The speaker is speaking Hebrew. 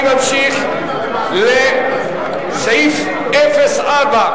אני ממשיך לסעיף 04,